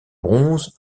bronze